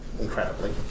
incredibly